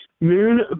moon